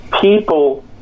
people